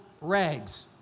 rags